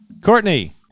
Courtney